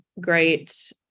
Great